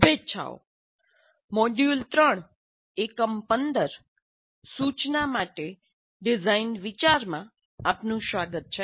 શુભેચ્છાઓ મોડ્યુલ 3 એકમ 15 સૂચના માટે ડિઝાઇન વિચાર મા આપનું સ્વાગત છે